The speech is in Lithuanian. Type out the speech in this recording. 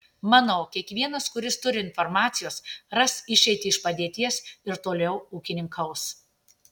manau kiekvienas kuris turi informacijos ras išeitį iš padėties ir toliau ūkininkaus